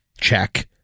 Check